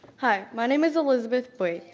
hi, my name is elizabeth bouey.